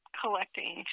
collecting